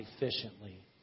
efficiently